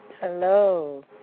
Hello